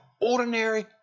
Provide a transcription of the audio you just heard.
ordinary